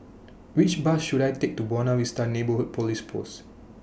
Which Bus should I Take to Buona Vista Neighbourhood Police Post